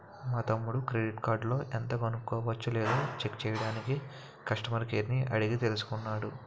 మా తమ్ముడు క్రెడిట్ కార్డులో ఎంత కొనవచ్చునో లేదో చెక్ చెయ్యడానికి కష్టమర్ కేర్ ని అడిగి తెలుసుకున్నాడు